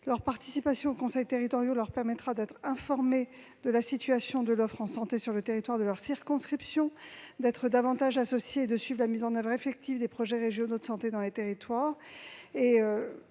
leur participation aux conseils territoriaux de santé leur permettra d'être informés de la situation de l'offre de santé sur le territoire de leur circonscription, d'être davantage associés à la mise en oeuvre effective des projets régionaux de santé dans les territoires